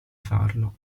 farlo